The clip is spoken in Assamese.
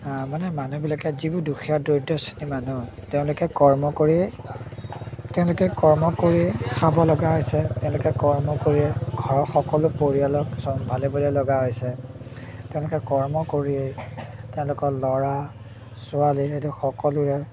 মানে মানুহবিলাকে যিবোৰ দুখীয়া দৰিদ্ৰ শ্ৰেণীৰ মানুহ তেওঁলোকে কৰ্ম কৰিয়েই তেওঁলোকে কৰ্ম কৰিয়েই খাব লগা হৈছে তেওঁলোকে কৰ্ম কৰিয়েই ঘৰৰ সকলো পৰিয়ালক চম্ভালিবলৈ লগা হৈছে তেওঁলোকে কৰ্ম কৰিয়েই তেওঁলোকৰ ল'ৰা ছোৱালী আদি সকলোৰে